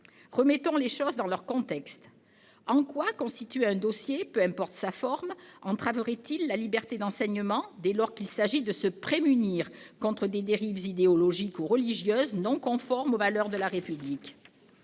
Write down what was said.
Remettons les choses dans leur contexte : en quoi le fait de constituer un dossier- peu importe sa forme -entraverait-il la liberté d'enseignement, dès lors qu'il s'agit de se prémunir contre des dérives idéologiques ou religieuses non conformes aux valeurs de la République ?